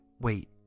Wait